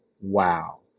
wow